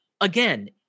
again